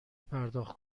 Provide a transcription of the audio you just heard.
پرداخت